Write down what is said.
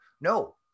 No